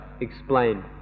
explained